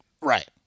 Right